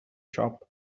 shop